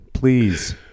Please